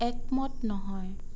একমত নহয়